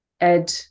ed